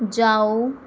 ਜਾਓ